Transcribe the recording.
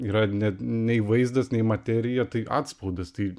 yra net nei vaizdas nei materija tai atspaudas tai